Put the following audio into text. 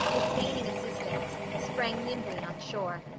disdaining assistance, sprang nimbly on shore.